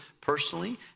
personally